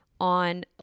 on